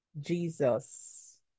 Jesus